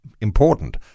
important